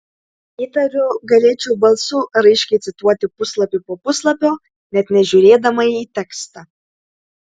įtariu galėčiau balsu raiškiai cituoti puslapį po puslapio net nežiūrėdama į tekstą